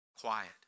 Quiet